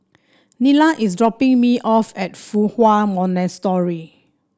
Nila is dropping me off at Fa Hua Monastery